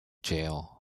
jail